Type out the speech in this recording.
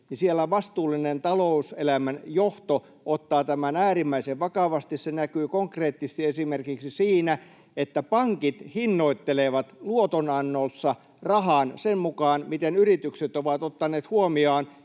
niin siellä vastuullinen talouselämän johto ottaa tämän äärimmäisen vakavasti. Se näkyy konkreettisesti esimerkiksi siinä, että pankit hinnoittelevat luotonannossa rahan sen mukaan, miten yritykset ovat ottaneet huomioon